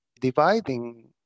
dividing